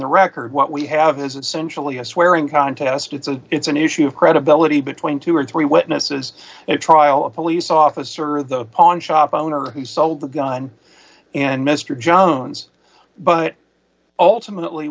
the record what we have is essentially a swearing contest it's a it's an issue of credibility between two or three witnesses a trial a police officer the pawn shop owner who sold the gun and mr jones but ultimately